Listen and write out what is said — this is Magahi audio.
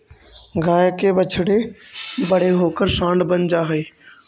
गाय के बछड़े बड़े होकर साँड बन जा हई